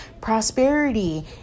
prosperity